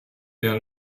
der